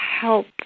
help